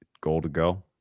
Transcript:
goal-to-go